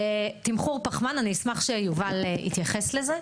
תמחור פחמן, אני אשמח שיובל יתייחס לזה.